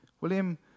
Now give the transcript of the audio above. William